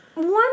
One